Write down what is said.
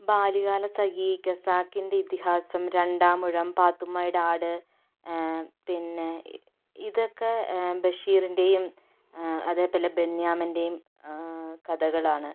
ബാല്യകാല സഖി ഖസാക്കിൻ്റെ ഇതിഹാസം രണ്ടാമൂഴം പാത്തുമ്മയുടെ ആട് പിന്നെ ഇതൊക്കെ ബഷീറിൻെയും അതേപോലെ ബെന്യാമിൻ്റെയും കഥകളാണ്